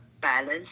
balance